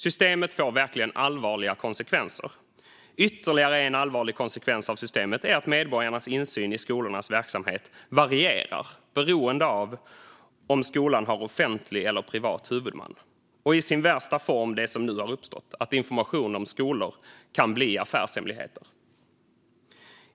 Systemet får verkligen allvarliga konsekvenser. Ytterligare en allvarlig konsekvens av systemet är att medborgarnas insyn i skolornas verksamhet varierar beroende på om skolan har offentlig eller privat huvudman. I sin värsta form innebär detta att information om skolor kan bli affärshemligheter,